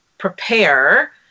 prepare